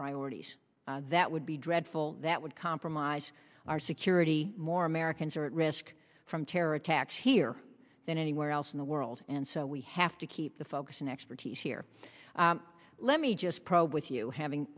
priorities that would be dreadful that would compromise our security more americans are at risk from terror attacks here than anywhere else in the world and so we have to keep the focus on expertise here let me just probe with you having